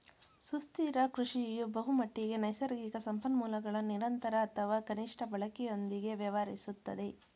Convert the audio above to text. ಸುಸ್ಥಿರ ಕೃಷಿಯು ಬಹುಮಟ್ಟಿಗೆ ನೈಸರ್ಗಿಕ ಸಂಪನ್ಮೂಲಗಳ ನಿರಂತರ ಅಥವಾ ಕನಿಷ್ಠ ಬಳಕೆಯೊಂದಿಗೆ ವ್ಯವಹರಿಸುತ್ತದೆ